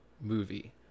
Movie